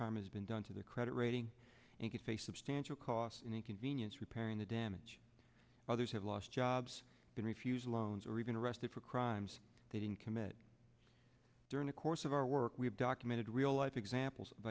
harm has been done to their credit rating and could face substantial cost and inconvenience repairing the damage others have lost jobs been refused loans or even arrested for crimes they didn't commit during the course of our work we have documented real life examples of